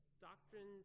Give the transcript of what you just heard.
doctrines